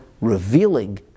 revealing